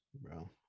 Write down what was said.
Bro